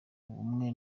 ubumwe